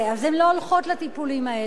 אז הן לא הולכות לטיפולים האלה.